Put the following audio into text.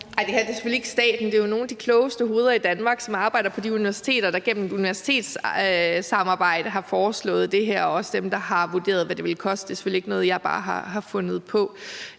Nej, det her er selvfølgelig ikke staten; det er jo nogle af de klogeste hoveder i Danmark, som arbejder på de universiteter, der gennem et universitetssamarbejde har foreslået det her, og det er også dem, der har vurderet, hvad det vil koste. Det er selvfølgelig ikke noget, jeg bare har fundet på.